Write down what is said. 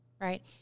right